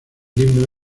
himno